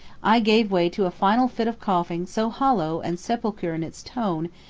i gave way to a final fit of coughing so hollow and sepulchral in its tone,